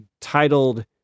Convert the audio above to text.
titled